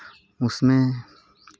उसमें